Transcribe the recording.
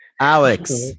Alex